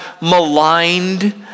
maligned